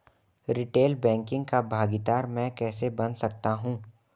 Retail banking का भागीदार मैं कैसे बन सकता हूँ?